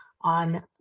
on